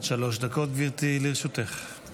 עד שלוש דקות לרשותך, גברתי.